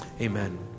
Amen